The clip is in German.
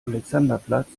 alexanderplatz